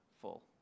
full